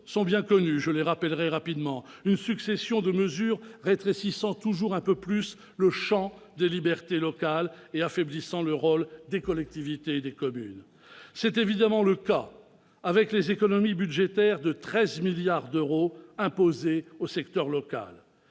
sont bien connues ; il s'agit en fait d'une succession de mesures rétrécissant toujours un peu plus le champ des libertés locales et affaiblissant le rôle des collectivités et des communes. C'est évidemment le cas avec les économies budgétaires de 13 milliards d'euros imposées au secteur local.